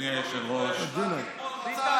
אדוני היושב-ראש,